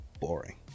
boring